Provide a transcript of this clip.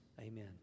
Amen